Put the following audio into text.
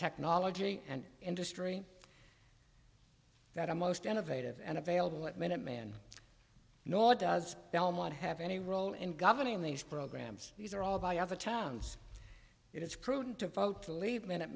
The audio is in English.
technology and industry that are most innovative and available at minute man nor does belmont have any role in governing these programs these are all by other towns it is prudent to vote to leave minute